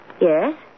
Yes